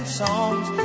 songs